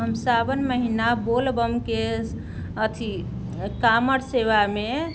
हम सावन महीना बोल बमके अथी काँवर सेवामे